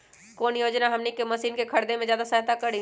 कौन योजना हमनी के मशीन के खरीद में ज्यादा सहायता करी?